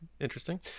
interesting